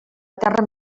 terra